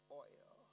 oil